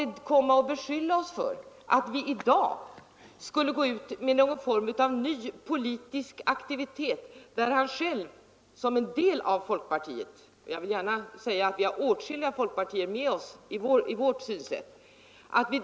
Herr Romanus §om själv är folkpartist — åtskilliga folkpartister delar vårt synsätt — beskyller oss för att i dag gå ut med någon form av ny politisk aktivitet i dessa frågor.